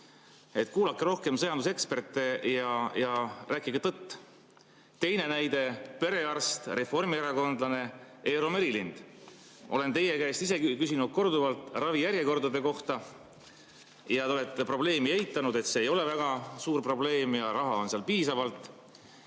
Kuulake rohkem sõjanduseksperte ja rääkige tõtt. Teine näide, perearst ja reformierakondlane Eero Merilind. Olen teie käest ise korduvalt küsinud ravijärjekordade kohta ja te olete probleemi eitanud, [öeldes,] et see ei ole väga suur probleem ja raha on piisavalt.